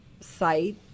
site